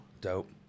Dope